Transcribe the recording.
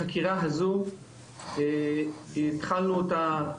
החקירה הזו התחלנו אותה,